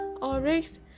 oryx